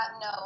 no